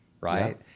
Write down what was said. right